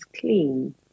clean